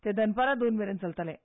ते दनपारां दोन मेरेन चलतलें